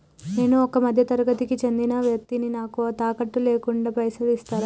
నేను ఒక మధ్య తరగతి కి చెందిన వ్యక్తిని నాకు తాకట్టు లేకుండా పైసలు ఇస్తరా?